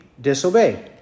disobey